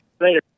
Later